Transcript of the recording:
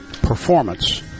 performance